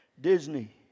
Disney